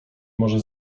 może